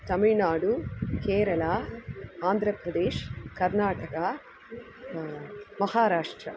Tamil Nadu Kerala Andhra Pradesh Karnataka Maharashtra